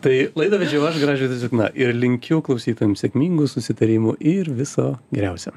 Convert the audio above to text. tai laidą vedžiau aš gražvydas jukna ir linkiu klausytojam sėkmingų susitarimų ir viso geriausio